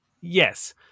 yes